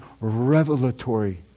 revelatory